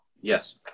Yes